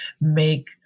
make